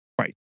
Right